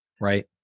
Right